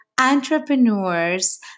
entrepreneurs